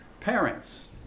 parents